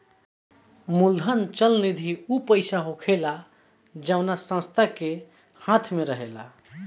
मूलधन चल निधि ऊ पईसा होखेला जवना संस्था के हाथ मे रहेला